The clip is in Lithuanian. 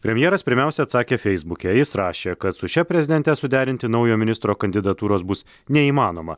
premjeras pirmiausia atsakė feisbuke jis rašė kad su šia prezidente suderinti naujo ministro kandidatūros bus neįmanoma